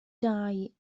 dau